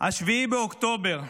7 באוקטובר.